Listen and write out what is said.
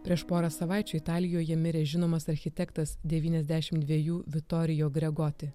prieš porą savaičių italijoje mirė žinomas architektas devyniasdešim dviejų vitorijo gregoti